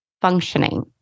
functioning